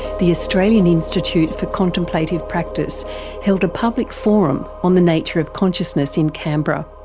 the australian institute for contemplative practice held a public forum on the nature of consciousness in canberra.